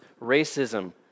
racism